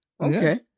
okay